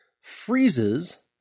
freezes